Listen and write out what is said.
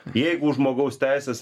jeigu žmogaus teisės